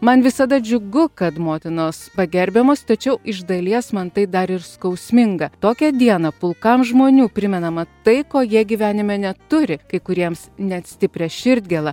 man visada džiugu kad motinos pagerbiamos tačiau iš dalies man tai dar ir skausminga tokią dieną pulkams žmonių primenama tai ko jie gyvenime neturi kai kuriems net stiprią širdgėlą